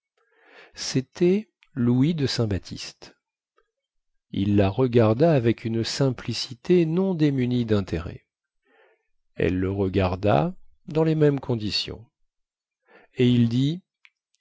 cétait louis de saint baptiste il la regarda avec une simplicité non démunie dintérêt elle le regarda dans les mêmes conditions et il dit